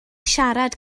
siarad